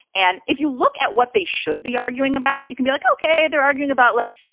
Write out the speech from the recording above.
and if you look at what they should be arguing about, you can be like, ok, they're arguing about, like,